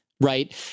right